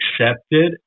accepted